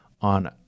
on